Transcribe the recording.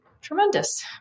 tremendous